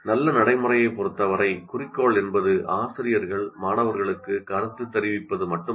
நல்ல நடைமுறையைப் பொறுத்தவரை குறிக்கோள் என்பது ஆசிரியர்கள் மாணவர்களுக்கு கருத்து தெரிவிப்பது மட்டுமல்ல